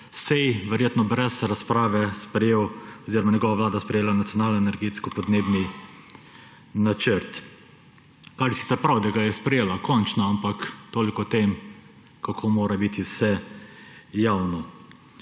sej verjetno brez razprave sprejel oziroma njegova vlada sprejela Nacionalni energetski in podnebni načrt, kar je sicer prav, da ga je sprejela končno, ampak toliko o tem, kako mora biti vse javno.